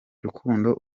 rukundo